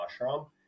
ashram